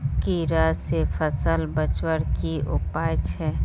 कीड़ा से फसल बचवार की उपाय छे?